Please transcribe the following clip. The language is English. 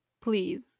Please